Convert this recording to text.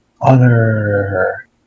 Honor